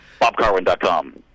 Bobcarwin.com